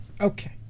okay